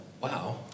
wow